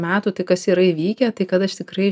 metų tai kas yra įvykę tai kad aš tikrai